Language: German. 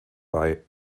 bei